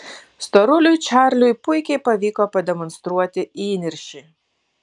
storuliui čarliui puikiai pavyko pademonstruoti įniršį